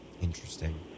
Interesting